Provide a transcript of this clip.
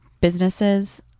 businesses